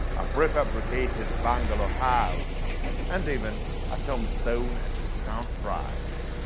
a pre-fabricated bungalow house and even a tombstone at discount price.